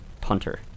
punter